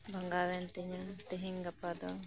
ᱵᱷᱟᱜᱟᱣᱭᱮᱱ ᱛᱤᱧᱟ ᱛᱤᱦᱤᱧ ᱜᱟᱯᱟ ᱫᱚ